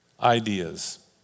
ideas